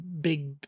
big